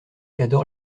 adore